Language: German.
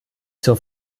zur